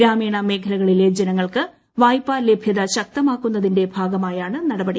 ഗ്രാമീണമേഖലകളിലെ ജനങ്ങൾക്ക് വായ്പ ലഭ്യത ശക്തമാക്കുന്നതിന്റെ ഭാഗമായാണ് നടപടി